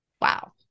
Wow